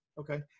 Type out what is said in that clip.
Okay